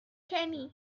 kenny